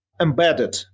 embedded